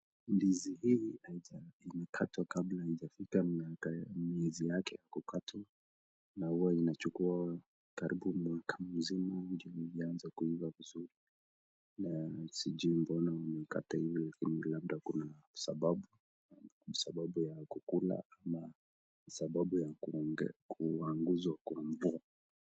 Ndizi hili imekatwa kabla ya mezi yake ijafika miezi yake ya kukatwa, na uwa inachukua karibu mwaka mzima ili ianze kuiva vizuri, na sijui kwa nini imekatwa uenda kuna sababu , sababu ya kukula ama sababu ya kuangushwa kwa mvua.